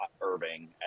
Irving